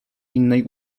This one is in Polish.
innej